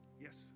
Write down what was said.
Yes